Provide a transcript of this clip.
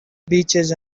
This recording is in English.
beaches